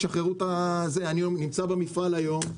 אני נמצא במפעל היום,